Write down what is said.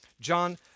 John